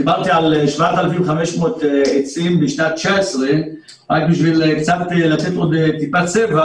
דיברתי על 7,500 עצים בשנת 2019 רק בשביל לתת עוד טיפה צבע.